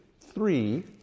three